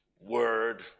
word